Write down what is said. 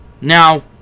Now